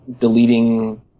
deleting